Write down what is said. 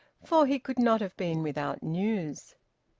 for he could not have been without news.